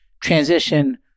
transition